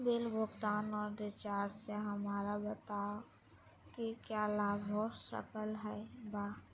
Bill भुगतान और recharge से हमरा बताओ कि क्या लाभ हो सकल बा?